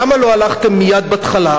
למה לא הלכתם מייד בהתחלה?